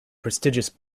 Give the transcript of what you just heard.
prestigious